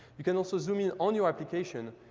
you can also zoom in on your application,